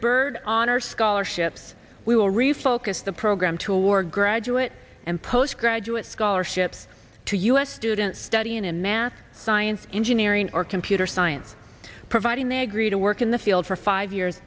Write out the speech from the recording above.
burden on our scholarships we will refocus the program to award graduate and post graduate scholarships to u s students studying in math science engineering or computer science providing they agree to work in the field for five years